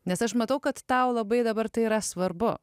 nes aš matau kad tau labai dabar tai yra svarbu